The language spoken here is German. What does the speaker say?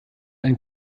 ein